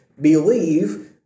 believe